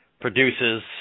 produces